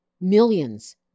Millions